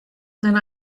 and